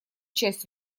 часть